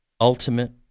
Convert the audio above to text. ultimate